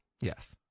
yes